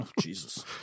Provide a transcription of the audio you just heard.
Jesus